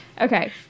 Okay